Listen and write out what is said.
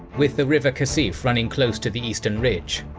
with the river khasif running close to the eastern ridge.